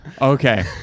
Okay